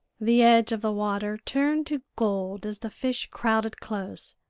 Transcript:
the edge of the water turned to gold as the fish crowded close.